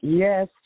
Yes